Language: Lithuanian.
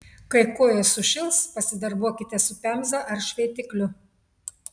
kai kojos sušils pasidarbuokite su pemza ar šveitikliu